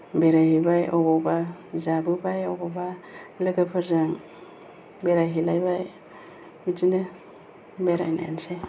बेरायहैबाय अबावबा जाबोबाय अबावबा लोगोफोरजों बेरायहैलायबाय बिदिनो बेरायनायानोसै